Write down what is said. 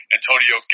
Antonio